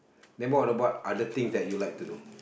then what about other things that you like to do